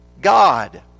God